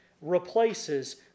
replaces